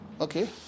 Okay